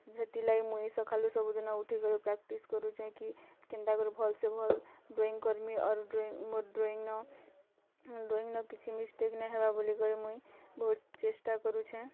ସେଥିର୍ ଲାଗି ମୁଇଁ ସଖାଲୁ ସବୁ ଦିନ ଉଠିକରି ପ୍ରାକ୍ଟିସ୍ କରୁଛେ କି କେନ୍ତା କରି ଭଲ୍ସେ ଭଲ୍ ଡ୍ରଇଂ କର୍ମି ଅର୍ ଡ୍ରଇଂ ମୋର୍ ଡ୍ରଇଂ ନ ଡ୍ରଇଂ ନ କିଛି ମିଷ୍ଟେକ୍ ନାଇଁ ହବା ବୋଲି କରି ମୁଇଁ ବହୁତ୍ ଚେଷ୍ଟା କରୁଛେଁ